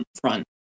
front